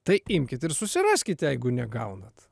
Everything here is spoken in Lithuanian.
tai imkit ir susiraskit jeigu negaunat